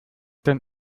denn